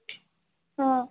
অঁ